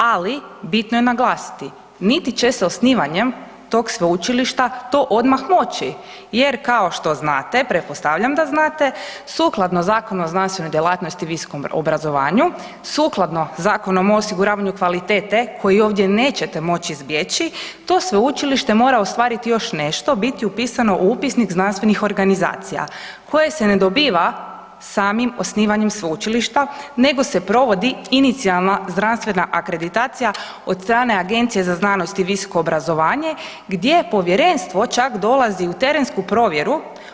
Ali bitno je naglasiti niti će se osnivanjem tog sveučilišta to odmah moći, jer kao što znate te pretpostavljam da znate sukladno Zakonu o znanstvenoj djelatnosti i visokom obrazovanju sukladno Zakonu o osiguravanju kvalitete koji ovdje nećete moći izbjeći to sveučilište mora ostvariti još nešto, biti upisano u upisnik znanstvenih organizacija, koje se ne dobiva samim osnivanjem sveučilišta, nego se provodi inicijalna znanstvena akreditacija od strane Agencije za znanost i visoko obrazovanje gdje povjerenstvo čak dolazi u terensku provjeru.